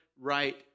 right